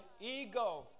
ego